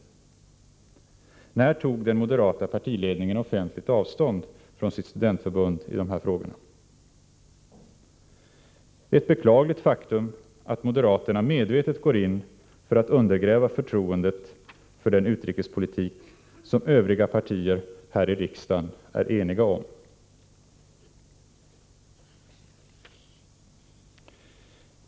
När tog den moderata partiledningen offentligt avstånd från sitt studentförbund i dessa frågor? Det är ett beklagligt faktum att moderaterna medvetet går in för att undergräva förtroendet för den utrikespolitik som övriga partier här i riksdagen är eniga om.